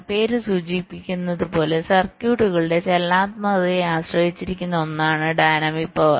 പേര് സൂചിപ്പിക്കുന്നത് പോലെ സർക്യൂട്ടുകളുടെ ചലനാത്മകതയെ ആശ്രയിച്ചിരിക്കുന്ന ഒന്നാണ് ഡൈനാമിക് പവർ